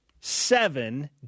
seven